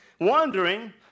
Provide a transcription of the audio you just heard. wondering